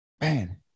Man